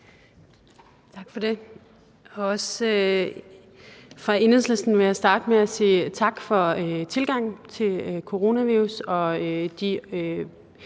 Tak for det. Fra Enhedslistens side vil jeg starte med at sige: Tak for tilgangen til coronavirus og de